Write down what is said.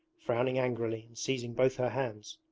frowning angrily and seizing both her hands.